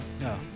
No